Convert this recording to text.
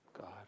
God